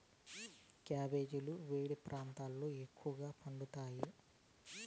క్యాబెజీలు వేడి ప్రాంతాలలో ఎక్కువగా పండుతాయి